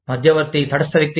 మధ్యవర్తి తటస్థ వ్యక్తి